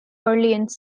orleans